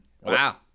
wow